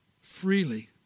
freely